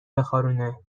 بخارونه